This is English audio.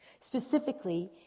Specifically